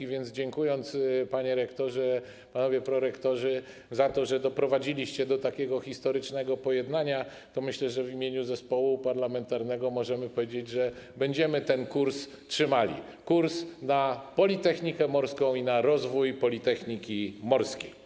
A więc dziękując, panie rektorze, panowie prorektorzy, za to, że doprowadziliście do takiego historycznego pojednania, myślę, że w imieniu zespołu parlamentarnego możemy powiedzieć, że będziemy ten kurs trzymali, kurs na Politechnikę Morską i na rozwój Politechniki Morskiej.